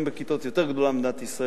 בכיתות שהיא יותר גדולה מבמדינת ישראל,